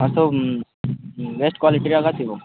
ଆଉ ତ ବେଷ୍ଟ କ୍ୱାଲିଟିର ଥିବ